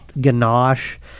ganache